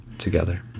together